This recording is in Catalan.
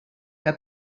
que